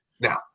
Now